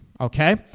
okay